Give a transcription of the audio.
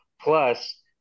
plus